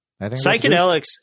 Psychedelics